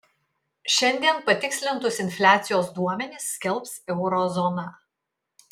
šiandien patikslintus infliacijos duomenis skelbs euro zona